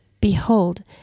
Behold